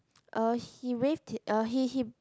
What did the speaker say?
uh he waved uh he he